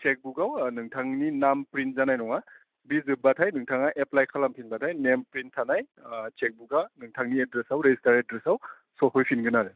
सेकबुकआव नोंथांनि नाम प्रिन्ट जानाय नङा बे जोब्बाथाइ नोंथाङा एफ्लाइ खालाम फिनबाथाइ नेम प्रिन्ट थानाय सेबबुकआ नोंथांनि एद्रेसाव रेजिस्टार एद्रेसाव सफैफिनगोन आरो